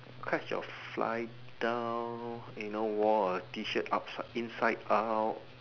catch your fly down you know wore a T shirt upside inside out